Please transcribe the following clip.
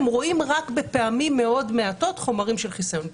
שהם רואים רק בפעמים מאוד מעטות חומרים של חיסיון טיפולי.